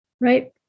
right